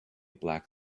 black